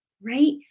Right